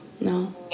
No